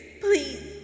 please